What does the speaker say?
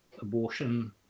abortion